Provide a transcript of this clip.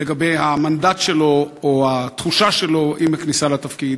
לגבי המנדט שלו או התחושה שלו עם הכניסה לתפקיד.